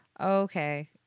Okay